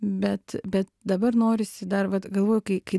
bet bet dabar norisi dar vat galvoju kai kai